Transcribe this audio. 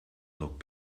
look